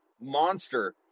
monster